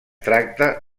tracta